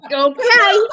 okay